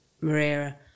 Maria